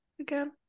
Again